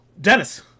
Dennis